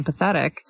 empathetic